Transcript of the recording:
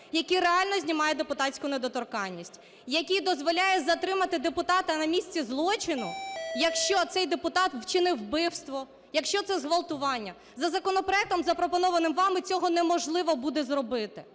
який реально знімає депутатську недоторканність, який дозволяє затримати депутата на місці злочину, якщо цей депутат вчинив вбивство, якщо це зґвалтування. За законопроектом, запропонованим вами, цього неможливо буде зробити.